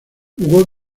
jugó